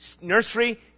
Nursery